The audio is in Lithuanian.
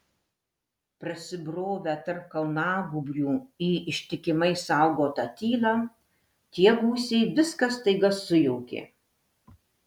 prasibrovę tarp kalnagūbrių į ištikimai saugotą tylą tie gūsiai viską staiga sujaukė